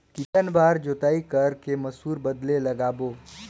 कितन बार जोताई कर के मसूर बदले लगाबो?